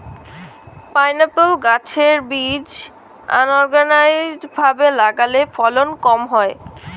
pineapple গাছের বীজ unorganised ভাবে লাগালে ফলন কম হয়